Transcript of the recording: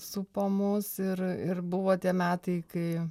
supo mus ir ir buvo tie metai kai